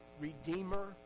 Redeemer